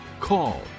call